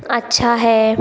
अच्छा है